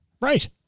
right